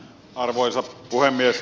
arvoisa puhemies